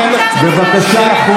בבקשה.